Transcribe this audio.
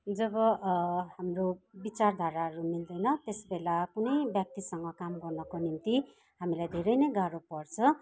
जब हाम्रो बिचारधाराहरू मिल्दैन त्यस बेला कुनै व्यक्तिसँग काम गर्नको निम्ति हामीलाई धेरै नै गाह्रो पर्छ